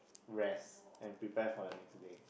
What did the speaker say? rest and prepare for the next day